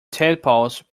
tadpoles